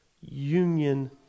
union